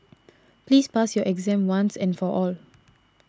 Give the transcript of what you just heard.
please pass your exam once and for all